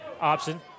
Option